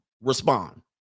respond